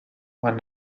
when